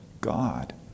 God